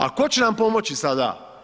A tko će nam pomoći sada?